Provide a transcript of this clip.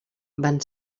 van